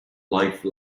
life